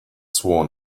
sworn